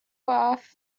off